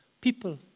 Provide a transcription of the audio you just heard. people